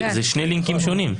אלה שני לינקים שונים.